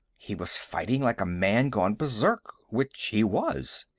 he was fighting like a man gone berserk which he was.